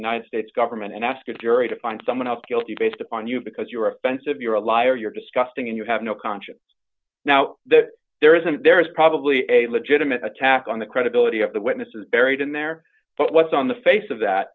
e states government and ask a jury to find someone else guilty based on you because you're offensive you're a liar you're disgusting and you have no conscience now that there isn't there is probably a legitimate attack on the credibility of the witness is buried in there but what's on the face of that